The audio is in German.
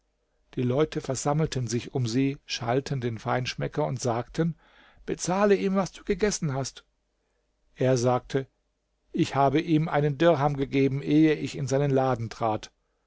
die leute versammelten sich um sie schalten den feinschmecker und sagten bezahle ihm was du gegessen hast er sagte ich habe ihm einen dirham gegeben ehe ich in seinen laden trat